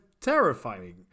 terrifying